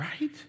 right